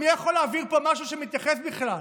מי יכול להעביר פה משהו שמתייחס בכלל?